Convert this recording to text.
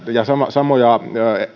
samoja